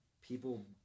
people